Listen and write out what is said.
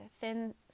thin